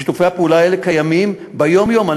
ושיתופי הפעולה האלה קיימים ביום-יום.